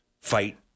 fight